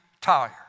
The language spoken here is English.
tired